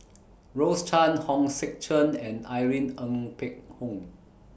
Rose Chan Hong Sek Chern and Irene Ng Phek Hoong